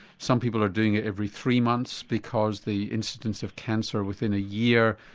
some people are doing it every three months because the incidence of cancer within a year,